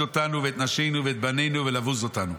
אותנו ואת נשינו ואת בנינו ולבוז אותנו.